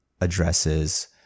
addresses